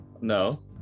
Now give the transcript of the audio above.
No